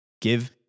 give